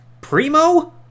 Primo